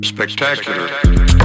Spectacular